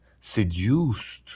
seduced